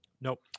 Nope